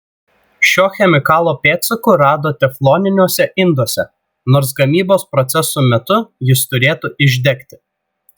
šio chemikalo pėdsakų rado tefloniniuose induose nors gamybos proceso metu jis turėtų išdegti